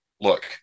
Look